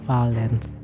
Violence